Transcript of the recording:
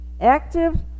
active